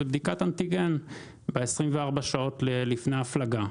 הן בדיקת אנטיגן 24 שעות לפני ההפלגה.